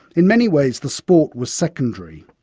in many ways the sport was secondary.